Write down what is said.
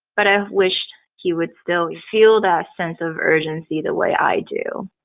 but i wished he would still feel that sense of urgency the way i do